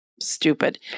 stupid